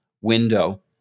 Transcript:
window